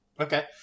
Okay